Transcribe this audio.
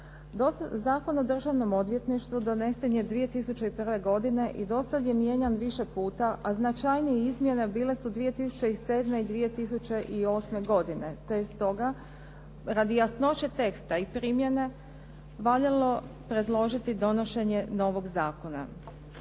Zakon o državnom odvjetništvu donesen je 2001. godine i dosad je mijenjan više puta, a značajnije izmjene bile su 2007. i 2008. godine. Te je stoga radi jasnoće teksta i primjene valjalo predložiti donošenje novog zakona.